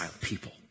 people